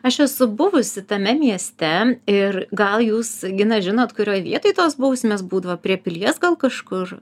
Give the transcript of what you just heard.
aš esu buvusi tame mieste ir gal jūs gina žinot kurioj vietoj tos bausmės būdavo prie pilies gal kažkur